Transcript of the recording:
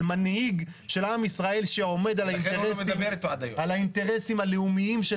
של מנהיג של עם ישראל שעומד על האינטרסים הלאומיים של